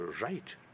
right